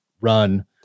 run